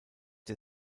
der